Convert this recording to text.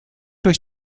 durch